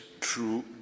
true